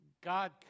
God